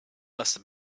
must